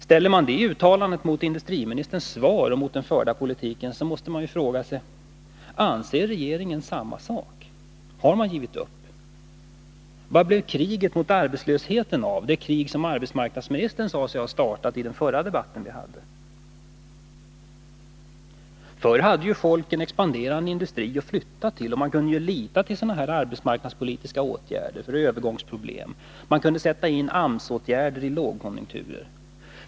Ställer man det uttalandet mot industriministerns svar och mot den förda politiken, så måste man fråga sig: Anser regeringen samma sak? Har den givit upp? Var blev ”kriget mot arbetslösheten” av, det krig som arbetsmarknadsministern i samband med vår förra debatt sade sig ha startat? Förr hade folk en expanderande industri att flytta till. De kunde lita till arbetsmarknadspolitiska åtgärder som sattes in vid övergångsproblem. AMS-åtgärder sattes in under lågkonjunkturer osv.